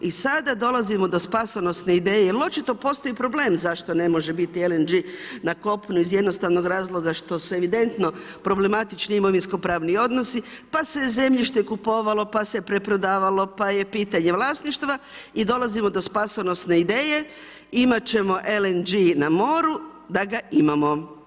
I sada dolazimo do spasonosne ideje, jer očito postoji problem zašto ne može biti LNG na kopnu iz jednostavnog razloga što su evidentno problematični imovinsko-pravni odnosi, pa se zemljište kupovalo, pa se preprodavalo, pa je pitanje vlasništva i dolazimo do spasonosne ideje, imat ćemo LNG na moru da ga imamo.